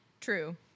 True